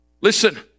Listen